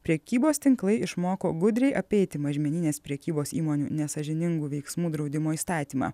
prekybos tinklai išmoko gudriai apeiti mažmeninės prekybos įmonių nesąžiningų veiksmų draudimo įstatymą